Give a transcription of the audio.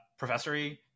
professory